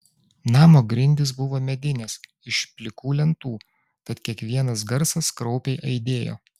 namo grindys buvo medinės iš plikų lentų tad kiekvienas garsas kraupiai aidėjo